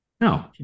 no